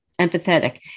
empathetic